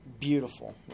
Beautiful